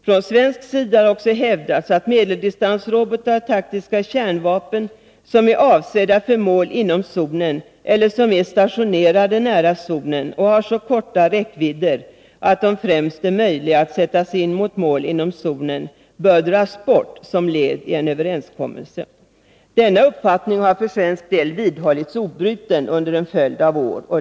Från svensk sida har också hävdats att medeldistansrobotar och taktiska kärnvapen, som är avsedda för mål inom zonen, eller som är stationerade nära zonen och har så korta räckvidder att de främst är möjliga att sättas in mot mål inom zonen, bör dras bort som led i en överenskommelse. Denna uppfattning har för svensk del vidhållits obruten under en följd av år.